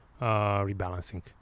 rebalancing